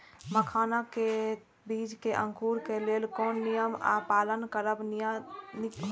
मखानक बीज़ क अंकुरन क लेल कोन नियम क पालन करब निक होयत अछि?